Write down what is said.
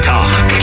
Talk